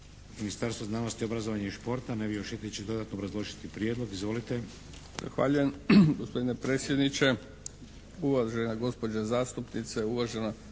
ministarstva znanosti, obrazovanja i športa Nevio Šetić će dodatno obrazložiti prijedlog. Izvolite.